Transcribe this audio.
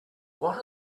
what